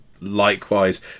likewise